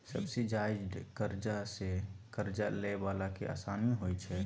subsidised करजा सँ करजा लए बला केँ आसानी होइ छै